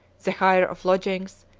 the hire of lodgings,